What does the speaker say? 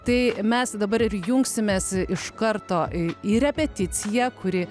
tai mes dabar ir jungsimės iš karto į repeticiją kuri